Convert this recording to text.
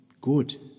good